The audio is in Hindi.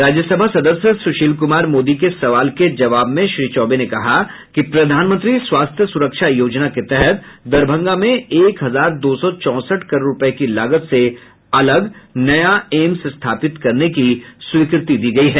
राज्य सभा सदस्य सुशील कुमार मोदी के सवाल के जवाब में श्री चौबे ने कहा कि प्रधानमंत्री स्वास्थ्य सुरक्षा योजना के तहत दरभंगा में एक हजार दो सौ चौंसठ करोड़ रूपये की लागत से अलग नया एम्स स्थापित करने की स्वीकृति दी गयी है